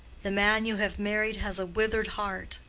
the man you have married has a withered heart.